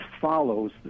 follows